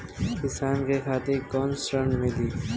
किसान के खातिर कौन ऋण मिली?